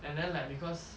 and then like because